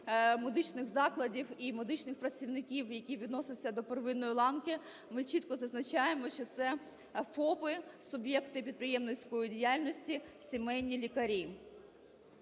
медичних закладів і медичних працівників, які відносяться до первинної ланки, ми чітко зазначаємо, що це ФОПи, суб'єкти підприємницької діяльності, сімейні лікарі.